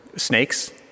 Snakes